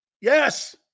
Yes